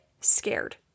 scared